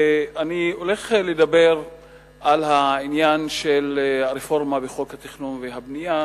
אני הולך לדבר על העניין של הרפורמה בחוק התכנון והבנייה,